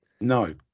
No